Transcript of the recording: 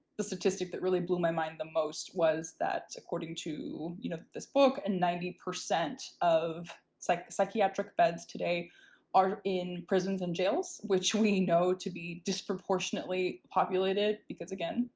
the statistic that really blew my mind the most was that according to, you know, this book, and ninety percent of its like psychiatric beds today are in prisons and jails, which we know to be disproportionately populated, because again,